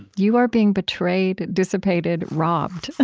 you are being betrayed, dissipated, robbed.